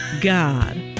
God